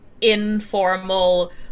informal